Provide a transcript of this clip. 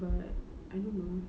but I don't know